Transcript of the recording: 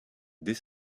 dès